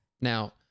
Now